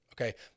Okay